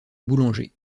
boulanger